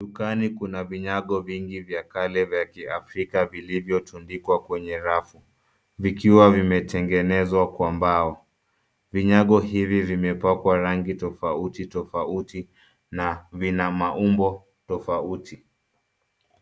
Dukani kuna vinyago vingi vya kale vya kiafrika vilivyotundikwa kwenye rafu vikiwa vimetengenezwa kwa mbao. Vinyago hivi vimepakwa rangi tofauti tofauti na vina maumbo tofauti.